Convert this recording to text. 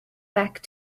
back